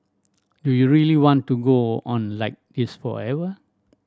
do you really want to go on like this forever